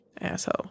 asshole